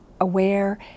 aware